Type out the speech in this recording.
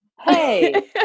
Hey